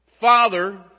Father